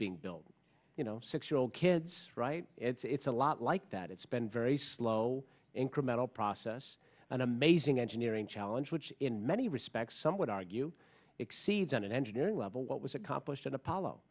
being built you know six year old kids right it's a lot like that it's been very slow incremental process an amazing engineering challenge which in many respects some would argue exceeds on an engineering level what was accomplished in apollo